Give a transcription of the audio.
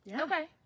Okay